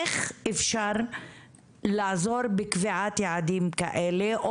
איך אפשר לעזור בקביעת יעדים כאלה?